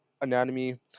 anatomy